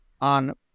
on